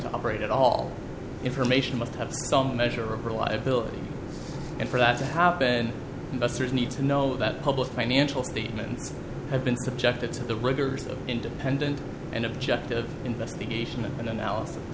to operate at all information must have some measure of reliability and for that to happen investors need to know that public financial statements have been subjected to the rigors of independent and objective investigation and analysis